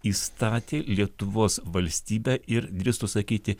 įstatė lietuvos valstybę ir drįstu sakyti